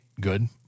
good